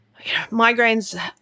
migraines